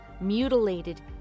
mutilated